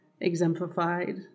exemplified